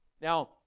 Now